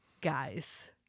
guys